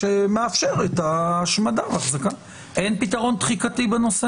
היו לנו דיונים מאוד רחבים עד אתמול של שעות רבות עם כל הגופים,